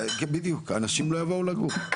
בדיוק, אנשים לא יבואו לגור.